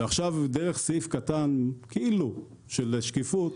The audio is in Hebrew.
ועכשיו דרך סעיף קטן, כאילו, של שקיפות,